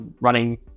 running